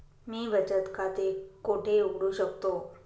मी बचत खाते कोठे उघडू शकतो?